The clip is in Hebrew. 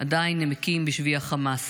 עדיין נמקים בשבי החמאס.